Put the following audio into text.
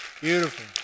Beautiful